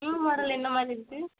new மாடலில் எந்த மாதிரி இருக்கு